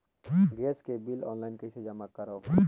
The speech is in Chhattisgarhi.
गैस के बिल ऑनलाइन कइसे जमा करव?